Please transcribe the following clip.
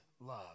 love